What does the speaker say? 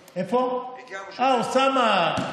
אוסאמה,